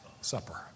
supper